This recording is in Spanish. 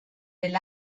del